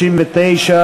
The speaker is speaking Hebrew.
לסעיף 39,